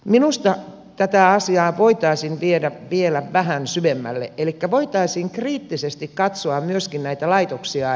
minusta tätä asiaa voitaisiin viedä vielä vähän syvemmälle elikkä voitaisiin kriittisesti katsoa myöskin näitä laitoksia